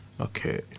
okay